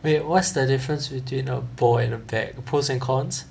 wait what's the difference between a boy and a bag pros and cons